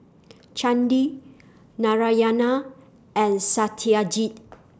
Chandi Narayana and Satyajit